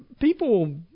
people